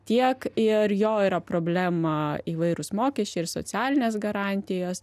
tiek ir jo yra problema įvairūs mokesčiai ir socialinės garantijos